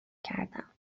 کردم